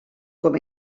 com